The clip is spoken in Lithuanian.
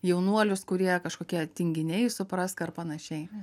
jaunuolius kurie kažkokie tinginiai suprask ar panašiai